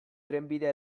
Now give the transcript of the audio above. trenbidea